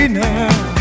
now